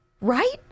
Right